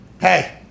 Hey